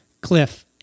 Cliff